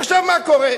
עכשיו, מה קורה?